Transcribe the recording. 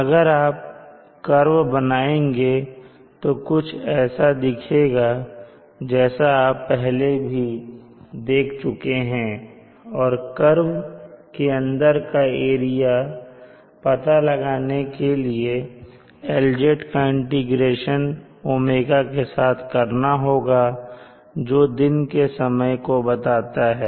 अगर आप कर्व बनाएँगे तो यह कुछ ऐसा दिखेगा जैसा आप पहले भी देख चुके हैं और कर्व के अंदर का एरिया पता लगाने के लिए LZ का इंटीग्रेशन ओमेगाꞶ के साथ करना होगा जो दिन के समय को बताता है